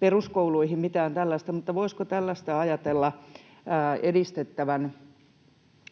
peruskouluihin mitään tällaista, mutta voisiko tällaista ajatella edistettävän